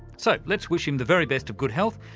so let's wish him the very best of good health.